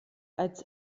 als